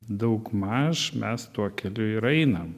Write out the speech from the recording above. daugmaž mes tuo keliu ir einam